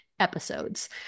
episodes